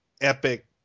epic